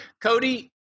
Cody